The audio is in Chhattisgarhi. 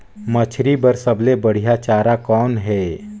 मछरी बर सबले बढ़िया चारा कौन हे?